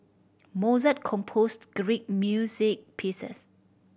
Mozart composed great music pieces